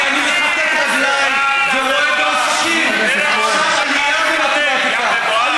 כי אני מכתת רגליים ורואה עלייה בפיזיקה,